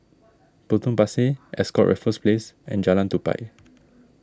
Potong Pasir Ascott Raffles Place and Jalan Tupai